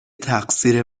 تقصیر